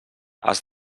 has